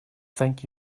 thank